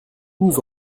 nous